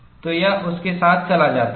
तो यह उस के साथ चला जाता है